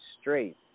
straight